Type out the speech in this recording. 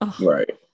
Right